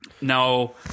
No